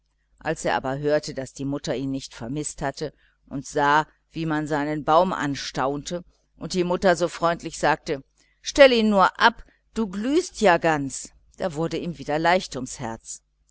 als er aber hörte daß die mutter ihn nicht vermißt hatte und sah wie man seinen baum anstaunte und die mutter so freundlich sagte stell ihn nur ab du glühst ja ganz da wurde ihm wieder leicht ums herz